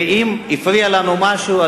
אם הפריע לנו משהו,